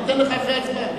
אני אתן לך אחרי ההצבעה.